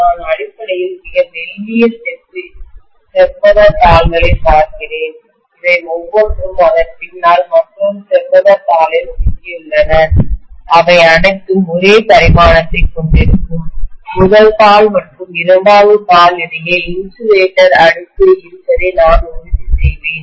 நான் அடிப்படையில் மிக மெல்லிய செவ்வக தாள்களைப் பார்க்கிறேன் அவை ஒவ்வொன்றும் அதன் பின்னால் மற்றொரு செவ்வக தாளில் சிக்கியுள்ளன அவை அனைத்தும் ஒரே பரிமாணத்தைக் கொண்டிருக்கும் முதல் தாள் மற்றும் இரண்டாவது தாள் இடையே இன்சுலேட்டர் அடுக்கு இருப்பதை நான் உறுதி செய்வேன்